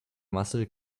muscle